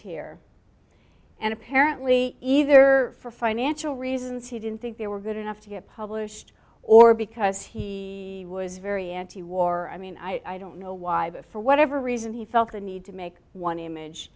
here and apparently either for financial reasons he didn't think they were good enough to get published or because he was very anti war i mean i don't know why but for whatever reason he felt the need to make one image